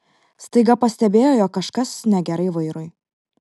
staiga pastebėjo jog kažkas negerai vairui